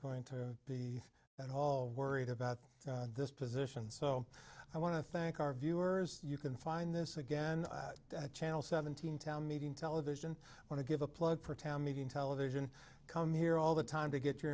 going to be at all worried about this position so i want to thank our viewers you can find this again channel seventeen town meeting television or to give a plug for town meeting television come here all the time to get your